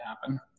happen